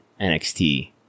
NXT